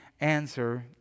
answer